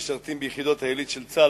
משרתים ביחידות העילית של צה"ל,